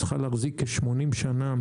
שצריכה להחזיק כ-80 שנה,